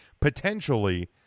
potentially